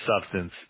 substance